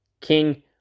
King